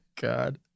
God